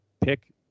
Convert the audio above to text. pick